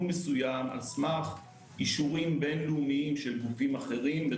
מסוים על סמך אישורים בין-לאומיים של גופים אחרים.